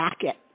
jacket